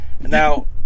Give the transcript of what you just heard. Now